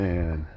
Man